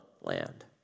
land